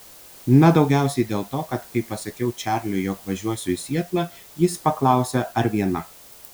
na daugiausiai dėl to kad kai pasakiau čarliui jog važiuosiu į sietlą jis paklausė ar viena